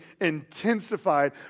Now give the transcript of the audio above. intensified